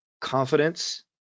confidence